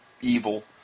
evil